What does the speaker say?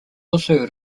also